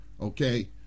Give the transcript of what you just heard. okay